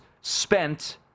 spent